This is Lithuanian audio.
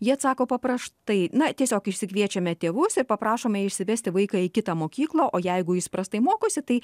jie atsako papraštai na tiesiog išsikviečiame tėvus ir paprašome išsivesti vaiką į kitą mokyklą o jeigu jis prastai mokosi tai